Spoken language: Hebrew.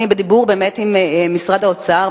אני באמת בדיבור עם משרד האוצר,